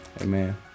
Amen